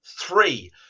three